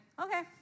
okay